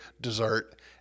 dessert